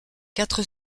quatre